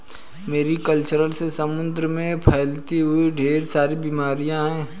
Mary culture से समुद्र में फैलती है ढेर सारी बीमारियां